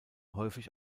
häufig